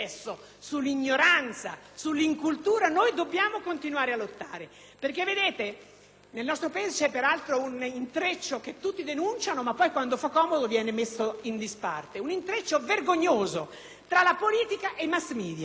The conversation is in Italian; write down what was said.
Nel nostro Paese c'è peraltro un intreccio che tutti denunciano ma poi quando fa comodo mettiamo in disparte; un intreccio vergognoso tra la politica e i *mass media*, per cui tutti coloro che saranno esclusi grazie a questo quattro per cento non avranno più voce,